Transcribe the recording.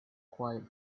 quiet